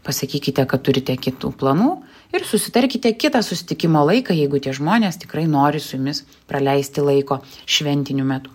pasakykite kad turite kitų planų ir susitarkite kitą susitikimo laiką jeigu tie žmonės tikrai nori su jumis praleisti laiko šventiniu metu